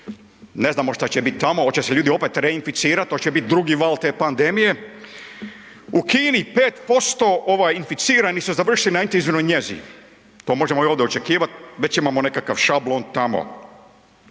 ne znamo šta će bit tamo, oće se ljudi opet reinficirat, oće bit drugi val te pandemije, u Kini 5% inficiranih su završili na intenzivnoj njezi, to možemo i ovdje očekivat, već imamo nekakav šablon tamo.